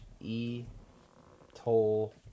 E-Toll